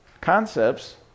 concepts